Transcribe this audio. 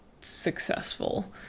successful